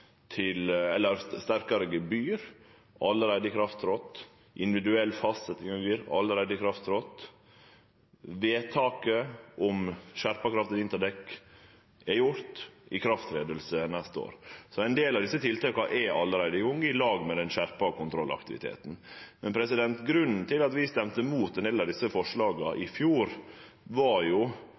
Sterkare gebyr er allereie tredd i kraft, individuell fastsetting av gebyr er allereie tredd i kraft, og det er gjort vedtak om skjerpa krav til vinterdekk, som vert sett i kraft neste år. Så ein del av desse tiltaka er allereie i gang, i lag med den skjerpa kontrollaktiviteten. Men grunnen til at vi stemte mot ein del av desse forslaga i fjor, var